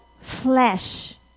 flesh